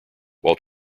while